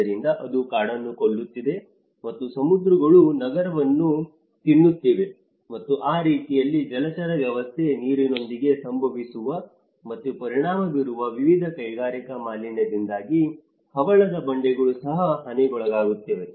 ಆದ್ದರಿಂದ ಅದು ಕಾಡನ್ನು ಕೊಲ್ಲುತ್ತಿದೆ ಮತ್ತು ಸಮುದ್ರಗಳು ನಗರವನ್ನು ತಿನ್ನುತ್ತಿವೆ ಮತ್ತು ಆ ರೀತಿಯಲ್ಲಿ ಜಲಚರ ವ್ಯವಸ್ಥೆ ನೀರಿನೊಳಗೆ ಸಂಭವಿಸುವ ಮತ್ತು ಪರಿಣಾಮ ಬೀರುವ ವಿವಿಧ ಕೈಗಾರಿಕಾ ಮಾಲಿನ್ಯದಿಂದಾಗಿ ಹವಳದ ಬಂಡೆಗಳು ಸಹ ಹಾನಿಗೊಳಗಾಗುತ್ತವೆ